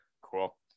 Cool